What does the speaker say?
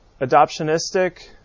adoptionistic